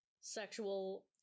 sexual